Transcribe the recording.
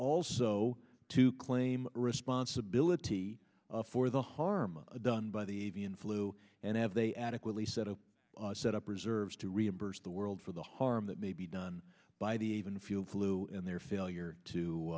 also to claim responsibility for the harm done by the avian flu and have they adequately set up set up reserves to reimburse the world for the harm that may be done by even if you flew in their failure